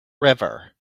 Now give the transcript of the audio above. river